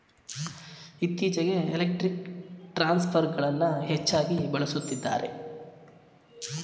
ಇತ್ತೀಚೆಗೆ ಎಲೆಕ್ಟ್ರಿಕ್ ಟ್ರಾನ್ಸ್ಫರ್ಗಳನ್ನು ಹೆಚ್ಚಾಗಿ ಬಳಸುತ್ತಿದ್ದಾರೆ